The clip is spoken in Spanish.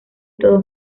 todos